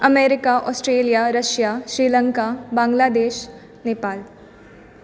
America Australia Russia Sri Lanka Bangladesh Nepal